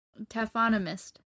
Taphonomist